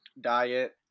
diet